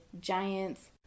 Giants